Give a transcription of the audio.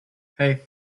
hey